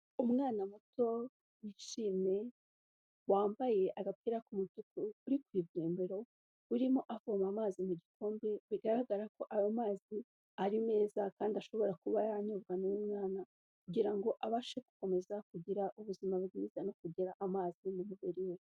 Umwana muto wishimye wambaye agapira k'umutuku, uri ku ivomero urimo avoma amazi mu gikombe, bigaragara ko ayo mazi ari meza kandi ashobora kuba yanyobwa n'uyu mwana kugira ngo abashe gukomeza kugira ubuzima bwiza no kugira amazi mu mubiri we.